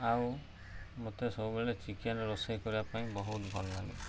ଆଉ ମୋତେ ସବୁବେଳେ ଚିକେନ୍ ରୋଷେଇ କରିବା ପାଇଁ ବହୁତ ଭଲଲାଗେ